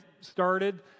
started